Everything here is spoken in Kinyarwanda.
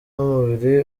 n’umubiri